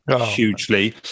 hugely